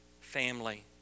family